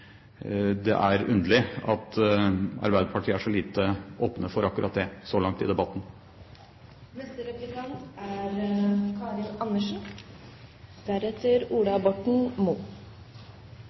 Det er underlig at Arbeiderpartiet har vært så lite åpen for akkurat det så langt i